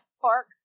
park